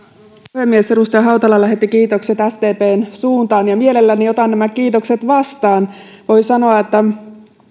puhemies edustaja hautala lähetti kiitokset sdpn suuntaan ja mielelläni otan nämä kiitokset vastaan voin sanoa että